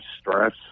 stress